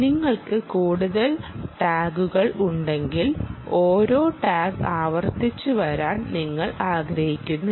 നിങ്ങൾക്ക് കൂടുതൽ ടാഗുകൾ ഉണ്ടെങ്കിൽ ഒരേ ടാഗ് ആവർത്തിച്ച് വരാൻ നിങ്ങൾ ആഗ്രഹിക്കുന്നില്ല